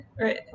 right